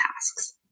tasks